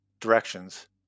directions